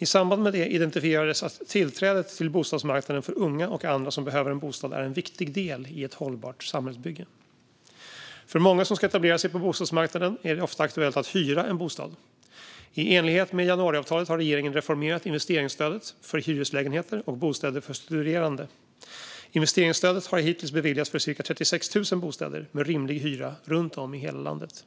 I samband med det identifierades att tillträdet till bostadsmarknaden för unga och andra som behöver en bostad är en viktig del i ett hållbart samhällsbygge. För många som ska etablera sig på bostadsmarknaden är det ofta aktuellt att hyra en bostad. I enlighet med januariavtalet har regeringen reformerat investeringsstödet för hyreslägenheter och bostäder för studerande. Investeringsstödet har hittills beviljats för cirka 36 000 bostäder med rimlig hyra runt om i hela landet.